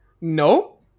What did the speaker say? No